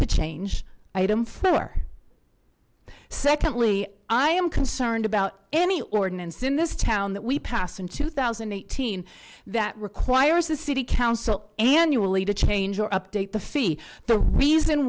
to change item for secondly i am concerned about any ordinance in this town that we passed in two thousand and eighteen that requires the city council annually to change or update the fee the reason